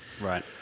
Right